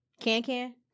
Can-can